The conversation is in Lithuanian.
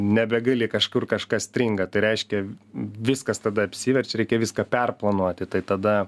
nebegali kažkur kažkas stringa tai reiškia viskas tada apsiverčia reikia viską perplanuoti tai tada